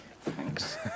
Thanks